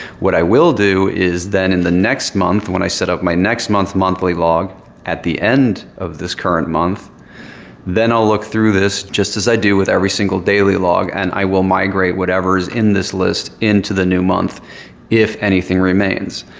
what i will do is then in the next month when i set up my next month monthly log at the end of this current month then, i'll look through this just as i do with every single daily log and i will migrate whatever is in this list into the new month if anything remains.